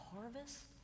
harvest